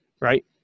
right